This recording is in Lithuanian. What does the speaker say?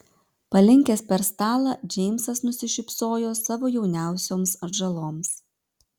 palinkęs per stalą džeimsas nusišypsojo savo jauniausioms atžaloms